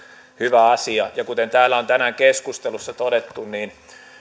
hyvä asia kuten täällä on tänään keskustelussa todettu niin